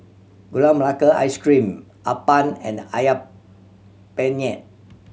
Gula Melaka Ice Cream appam and Ayam Penyet